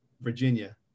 Virginia